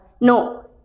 No